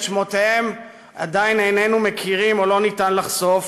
שמותיהם עדיין איננו מכירים או לא ניתן לחשוף,